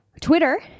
Twitter